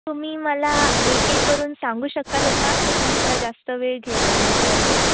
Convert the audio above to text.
तुम्ही मला एक एक करून सांगू शकाल का मी तुमचा जास्त वेळ घेत नाही सॉरी